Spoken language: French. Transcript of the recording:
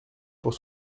pour